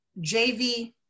JV